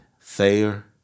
Thayer